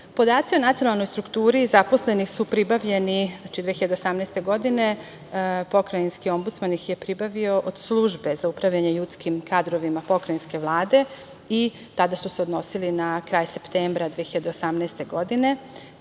o nacionalnoj strukturi zaposlenih su pribavljeni 2018. godine. Pokrajinski ombudsman ih je pribavio od Službe za upravljanje ljudskim kadrovima Pokrajinske vlade i tada su se odnosili na kraj septembra 2018. godine.